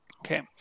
Okay